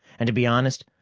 and to be honest,